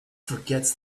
forgets